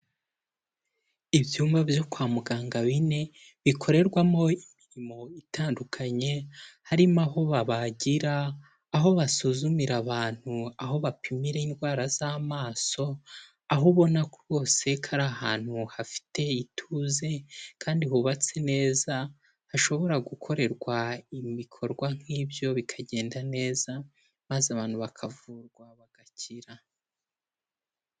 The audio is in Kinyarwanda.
Ibyumba byo kwa muganga bine bikorerwamo imirimo itandukanye harimo aho babagira, aho basuzumira abantu, aho bapimira indwara z'amaso, aho ubona rwose ko ari ahantu hafite ituze kandi hubatse neza hashobora gukorerwa ibikorwa nk'ibyo bikagenda neza maze abantu bakavurwa bagakira.